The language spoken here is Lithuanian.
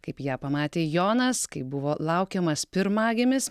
kaip ją pamatė jonas kai buvo laukiamas pirmagimis